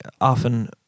often